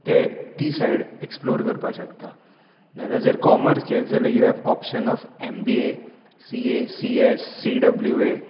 ते ती side explore करपाक शकता जाल्यार जर कोमर्स घेयत जाल्यार you have option of M B A C A C S C W ये